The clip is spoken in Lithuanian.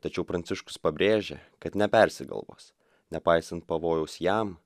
tačiau pranciškus pabrėžė kad nepersigalvos nepaisant pavojaus jam